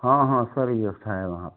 हाँ हाँ सभी व्यवस्था है वहाँ पर